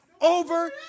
over